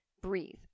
Breathe